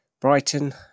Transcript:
Brighton